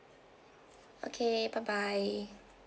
okay bye bye